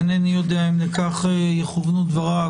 אינני יודע אם לכך יכוונו דבריו,